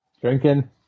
drinking